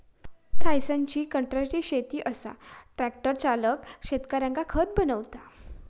टायसनची कंत्राटी शेती असा ट्रॅक्टर चालक शेतकऱ्यांका खत बनवता